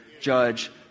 judge